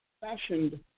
fashioned